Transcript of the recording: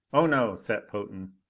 oh no, set potan!